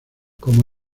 como